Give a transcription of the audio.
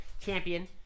champion